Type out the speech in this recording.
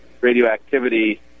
radioactivity